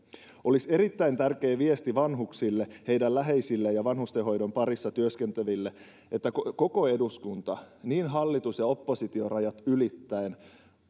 olisi erittäin tärkeä viesti vanhuksille heidän läheisilleen ja vanhustenhoidon parissa työskenteleville että koko eduskunta hallitus oppositio rajat ylittäen